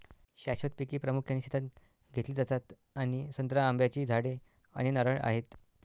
शाश्वत पिके प्रामुख्याने शेतात घेतली जातात आणि संत्री, आंब्याची झाडे आणि नारळ आहेत